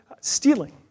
stealing